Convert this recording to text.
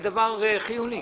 זה דבר חיוני.